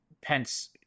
Pence